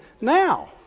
now